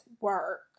work